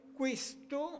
questo